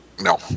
no